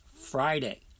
Friday